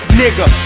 nigga